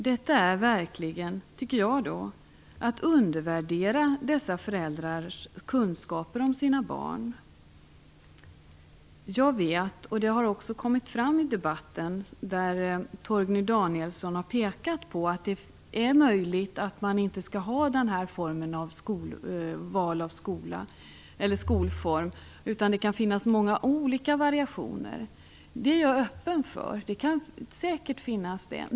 Detta är verkligen, tycker jag, att undervärdera dessa föräldrars kunskaper om sina barn. Torgny Danielsson har pekat på att det är möjligt att man inte skall ha den här formen av val av skolform utan att det kan finnas många olika variationer. Det är jag öppen för att det kan finnas.